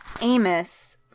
Amos